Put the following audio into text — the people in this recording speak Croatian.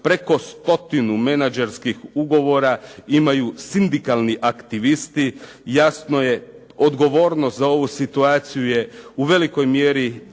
preko 100 menadžerskih ugovora imaju sindikalni aktivisti. Jasno je odgovornost za ovu situaciju je u velikoj mjeri